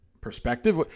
perspective